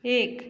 एक